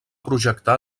projectar